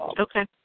Okay